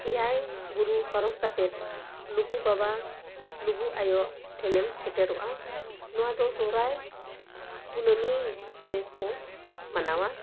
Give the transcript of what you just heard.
ᱮᱭᱟᱭ ᱵᱩᱨᱩ ᱯᱟᱨᱚᱢ ᱠᱟᱛᱮᱫ ᱞᱩᱜᱩ ᱵᱟᱵᱟ ᱞᱩᱜᱩ ᱟᱭᱳ ᱴᱷᱮᱱᱮᱢ ᱥᱮᱴᱮᱨᱚᱜᱼᱟ ᱱᱚᱣᱟ ᱫᱚ ᱥᱚᱦᱚᱨᱟᱭ ᱠᱩᱱᱟᱹᱢᱤ ᱨᱮᱠᱚ ᱢᱟᱱᱟᱣᱟ